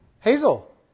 Hazel